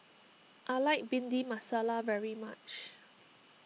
I like Bhindi Masala very much